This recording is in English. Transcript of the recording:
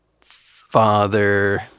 Father